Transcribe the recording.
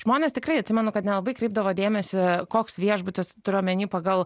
žmonės tikrai atsimenu kad nelabai kreipdavo dėmesį koks viešbutis turiu omeny pagal